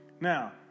Now